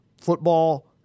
football